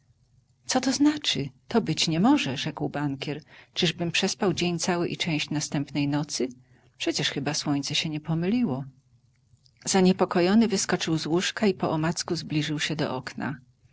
co to znaczy to być nie może rzekł bankier czyżbym przespał dzień cały i część następnej nocy przecież chyba słońce się nie pomyliło zaniepokojony wyskoczył z łóżka i poomacku zbliżył się do okna